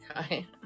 Okay